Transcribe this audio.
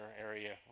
area